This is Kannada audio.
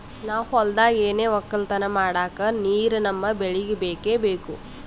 ನಾವ್ ಹೊಲ್ದಾಗ್ ಏನೆ ವಕ್ಕಲತನ ಮಾಡಕ್ ನೀರ್ ನಮ್ ಬೆಳಿಗ್ ಬೇಕೆ ಬೇಕು